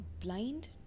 blind